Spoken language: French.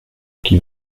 qui